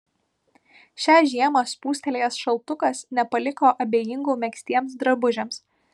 šią žiemą spustelėjęs šaltukas nepaliko abejingų megztiems drabužiams